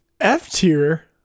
F-tier